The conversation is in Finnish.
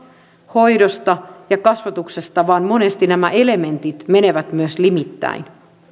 hoidosta ja kasvatuksesta vaan monesti nämä elementit menevät myös limittäin